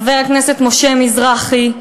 חבר הכנסת משה מזרחי,